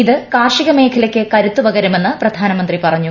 ഇത് കാർഷിക മേഖലയ്ക്ക് കരുത്തുപകരുമെന്ന് പ്രധാനമന്ത്രി പറഞ്ഞു